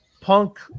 Punk